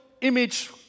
image